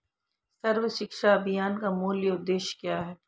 सर्व शिक्षा अभियान का मूल उद्देश्य क्या है?